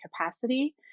capacity